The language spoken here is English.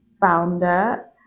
founder